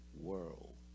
world